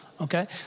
Okay